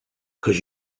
cause